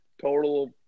total